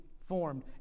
formed